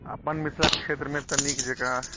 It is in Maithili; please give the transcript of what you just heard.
अपन मिथिला क्षेत्रमे तऽ नीक जकाँ